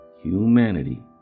Humanity